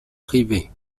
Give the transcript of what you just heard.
privée